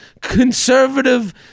conservative